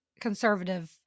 conservative